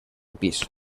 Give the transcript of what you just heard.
pis